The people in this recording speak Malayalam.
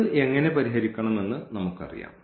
അത് എങ്ങനെ പരിഹരിക്കണം എന്ന് നമുക്കറിയാം